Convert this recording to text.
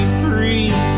free